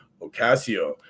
ocasio